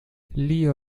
lee